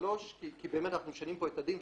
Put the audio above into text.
לשלוש כי באמת אנחנו משנים פה את הדין,